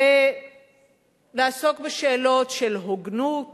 ולעסוק בשאלות של הוגנות